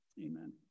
Amen